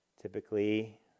Typically